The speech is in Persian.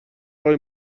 آقای